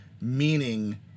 meaning